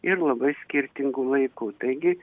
ir labai skirtingu laiku taigi